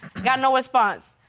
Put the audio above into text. got no response.